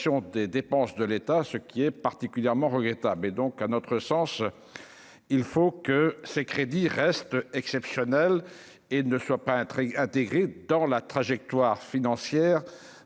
des dépenses de l'État, ce qui est particulièrement regrettable et donc, à notre sens, il faut que ces crédits restent exceptionnel et ne soit pas un truc intégré dans la trajectoire financière